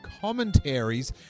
commentaries